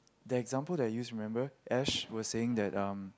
the example that I use remember Ash was saying that um